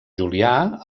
julià